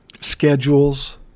Schedules